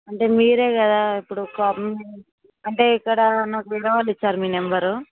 అంటే మీరే కదా ఇప్పుడు కా అంటే ఇక్కడ నాకు వేరే వాళ్ళు ఇచ్చారు మీ నెంబరు